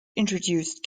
introduced